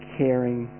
caring